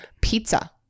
Pizza